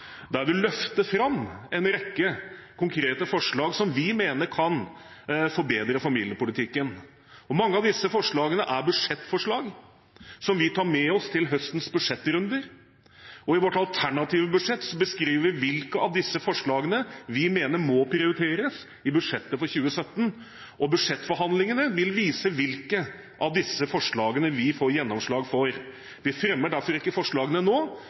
der vi løfter fram en rekke konkrete forslag som vi mener kan forbedre familiepolitikken. Mange av dem er budsjettforslag som vi tar med oss til høstens budsjettrunder. I vårt alternative budsjett beskriver vi hvilke av disse forslagene vi mener må prioriteres i budsjettet for 2017, og budsjettforhandlingene vil vise hvilke av disse forslagene vi får gjennomslag for. Vi fremmer derfor ikke forslagene nå,